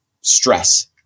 stress